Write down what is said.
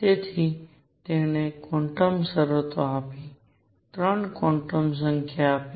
તેથી તેણે ક્વોન્ટમ શરતો આપી 3 ક્વોન્ટમ સંખ્યા આપી